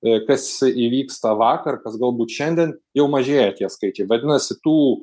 ir kas įvyksta vakar kas galbūt šiandien jau mažėja tie skaičiai vadinasi tų